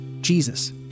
Jesus